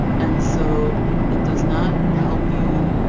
and so it does not help you,